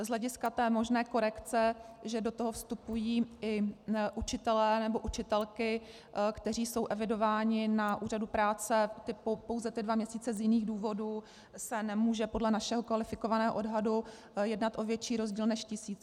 Z hlediska možné korekce, že do toho vstupují i učitelé a učitelky, kteří jsou evidováni na úřadu práce pouze tyto dva měsíce z jiných důvodů, se nemůže podle našeho kvalifikovaného odhadu jednat o větší rozdíl než tisíc.